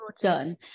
done